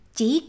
Chỉ